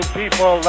people